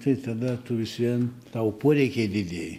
tai tada tu vis vien tavo poreikiai didėja